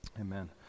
Amen